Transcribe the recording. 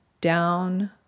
down